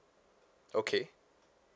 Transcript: okay